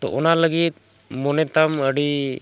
ᱛᱚ ᱚᱱᱟ ᱞᱟᱹᱜᱤᱫ ᱢᱚᱱᱮ ᱛᱟᱢ ᱟᱹᱰᱤ